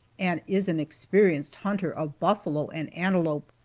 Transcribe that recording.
and is an experienced hunter of buffalo and antelope.